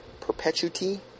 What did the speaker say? Perpetuity